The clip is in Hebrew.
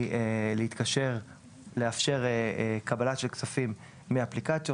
להתקשר ולאפשר קבלה של כספים מאפליקציות,